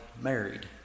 married